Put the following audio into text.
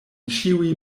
ĉiuj